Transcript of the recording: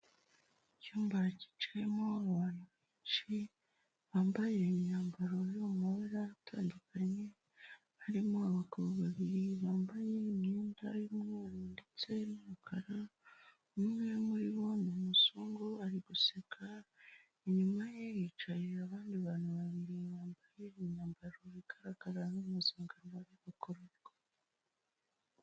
Icyumba giciyemo abantu benshi bambaye imyambaro yo mu mabara atandukanye harimo abagabo babiri bambaye imyenda y'umweru ndetse n'umukara, umwe muri bo ni umuzungu ari guseka, inyuma ye hicaye abandi bantu babiri bambaye imyambaro bigaragara umuzungu akaba yifashe ku munwa.